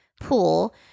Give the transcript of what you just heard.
pool